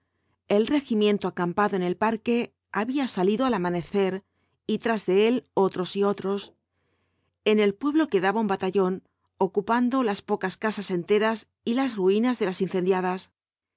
el regimiento acampado en el parque había salido al amanecer y tras de él otros y otros en el pueblo quedaba un batallón ocupando las pocas casas enteras y las ruinas de las incendiadas